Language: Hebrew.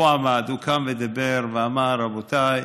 הוא עמד, קם, ודיבר ואמר: רבותיי,